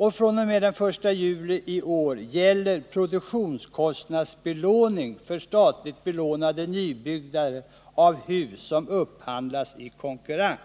Och fr.o.m. den 1 juli i år gäller produktionskostnadsbelåning för statligt belånade nybyggnader av hus som upphandlas i konkurrens.